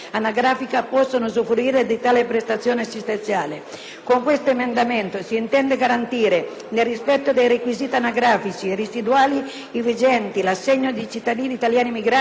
Con questo emendamento si intende garantire, nel rispetto dei requisiti anagrafici e reddituali vigenti, l'assegno sociale ai cittadini italiani emigrati i quali rientrano definitivamente in Italia (l'assegno è subordinato